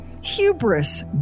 hubris